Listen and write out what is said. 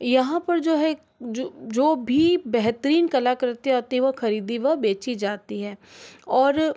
यहाँ पर जो है जो जो भी बेहतरीन कलाकृति आती वो ख़रीदी व बेची जाती है और